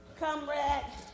comrade